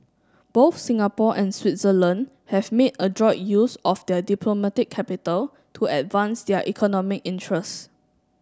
both Singapore and Switzerland have made adroit use of their diplomatic capital to advance their economic interest